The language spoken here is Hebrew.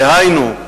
דהיינו,